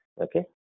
Okay